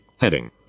Heading